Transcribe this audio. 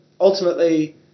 ultimately